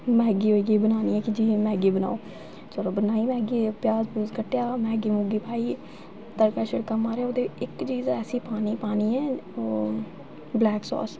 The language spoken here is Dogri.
मैगी वैगी बनानी होए कि जि'यां मैगी बनाओ चलो बनाई मैगी प्याज कट्टेआ मैगी पाई तड़का शड़का मारेआ ओह्दे च इक चीज ऐसी पानी पानी ऐ ओह् बलैक साॅस